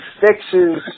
fixes